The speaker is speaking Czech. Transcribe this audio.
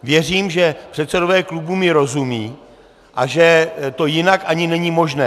Věřím, že předsedové klubů mi rozumí a že to jinak ani není možné.